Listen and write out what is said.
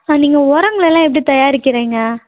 ஆ நீங்கள் உரங்களெல்லாம் எப்படி தயாரிக்கிறீங்க